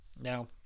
Now